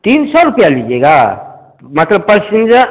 तीन सौ रुपये लीजिएगा मतलब पसिंजर